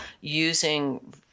using